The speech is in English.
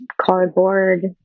cardboard